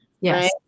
Yes